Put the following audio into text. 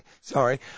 Sorry